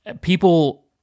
people